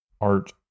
art